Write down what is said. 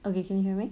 okay can you hear me